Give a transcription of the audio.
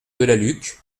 delalucque